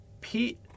Pete